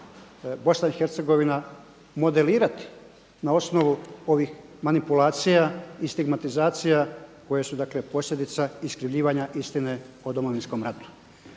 Bosna i Hercegovina modelirati na osnovu ovih manipulacija i stigmatizacija koja su, dakle posljedica iskrivljivanja istine o Domovinskom ratu.